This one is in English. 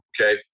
okay